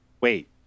Wait